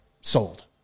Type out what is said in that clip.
sold